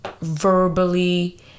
verbally